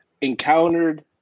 encountered